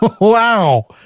wow